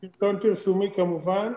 זה סרטון פרסומי כמובן,